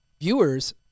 viewers